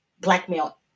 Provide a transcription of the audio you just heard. blackmail